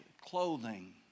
clothing